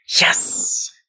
Yes